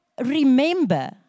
remember